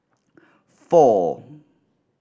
four